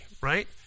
right